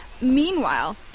Meanwhile